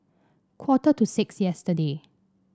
quarter to six yesterday